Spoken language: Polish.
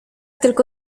tylko